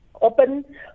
open